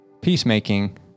peacemaking